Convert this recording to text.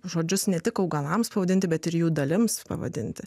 žodžius ne tik augalams pavadinti bet ir jų dalims pavadinti